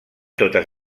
totes